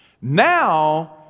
Now